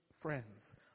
friends